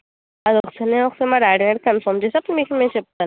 అది వస్తేనే వస్తాం మా డాడీ కాని కన్ఫర్మ్ చేస్తే అప్పుడు మీకు నేను చెప్తానండి